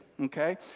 okay